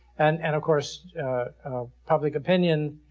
and and of course public opinion,